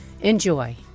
Enjoy